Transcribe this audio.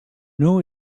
know